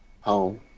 Home